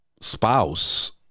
spouse